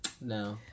No